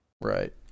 right